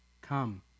Come